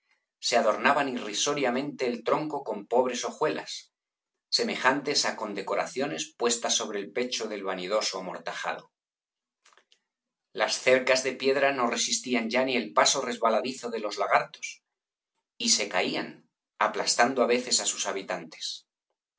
se adornaban irrisoriamente el tronco con pobres hojuelas semejantes á condecoraciones puestas sobre el pecho del vanidoso amortajado las cercas de piedra no resistían ya ni el paso resbaladizo de los lagartos y se caían aplastando á veces á sus habitantes